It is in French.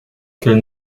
quelle